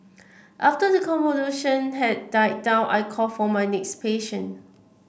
after the commotion had died down I called for my next patient